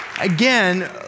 Again